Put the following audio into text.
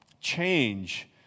change